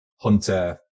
hunter